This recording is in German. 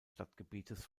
stadtgebietes